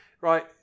right